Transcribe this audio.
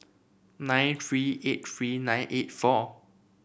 nine three eight three nine eight four